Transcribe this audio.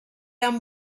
amb